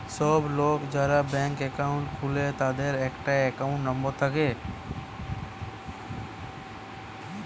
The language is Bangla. সব লোক যারা ব্যাংকে একাউন্ট খুলে তাদের একটা একাউন্ট নাম্বার থাকে